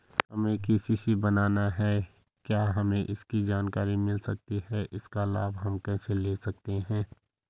हमें के.सी.सी बनाना है क्या हमें इसकी जानकारी मिल सकती है इसका लाभ हम कैसे ले सकते हैं?